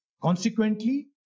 Consequently